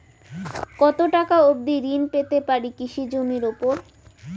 কত টাকা অবধি ঋণ পেতে পারি কৃষি জমির উপর?